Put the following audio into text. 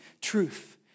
truth